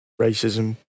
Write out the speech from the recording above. racism